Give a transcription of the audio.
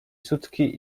sutki